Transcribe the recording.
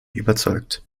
überzeugt